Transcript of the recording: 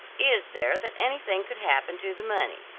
is there that anything could happen to the money.